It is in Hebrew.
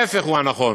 ההפך הוא הנכון.